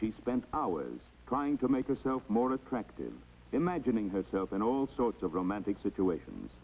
she spent hours trying to make yourself more attractive imagining herself in all sorts of romantic situations